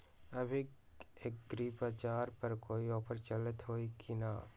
अभी एग्रीबाजार पर कोई ऑफर चलतई हई की न?